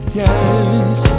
yes